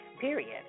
Period